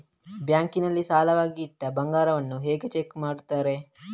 Bank ನಲ್ಲಿ ಸಾಲವಾಗಿ ಇಟ್ಟ ಬಂಗಾರವನ್ನು ಹೇಗೆ ಚೆಕ್ ಮಾಡುತ್ತಾರೆ?